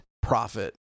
profit